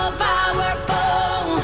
powerful